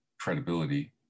credibility